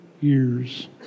years